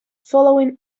following